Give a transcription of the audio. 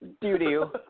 Doo-doo